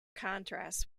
contrasts